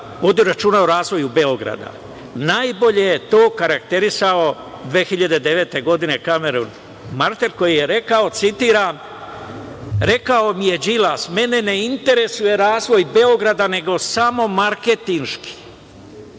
računa o razvoju Beograda. Najbolje je to okarakterisao 2009. godine Kamerun Marter koji je rekao, citiram: „Rekao mi je Đilas - mene ne interesuje razvoj Beograda, nego samo marketinški,